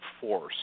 force